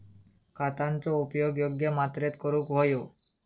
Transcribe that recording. खतांचो उपयोग योग्य मात्रेत करूक व्हयो